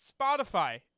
spotify